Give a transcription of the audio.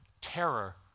terror